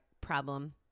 problem